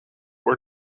war